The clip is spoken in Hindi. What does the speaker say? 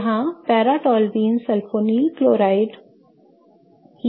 यहां पैरा टोल्यूनि सल्फोनील क्लोराइड की संरचना ड्रॉ करते हैं